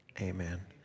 Amen